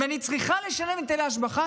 אם אני צריכה לשלם היטלי השבחה,